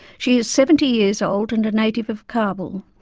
she is seventy years old and a native of kabul.